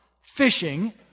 fishing